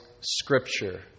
Scripture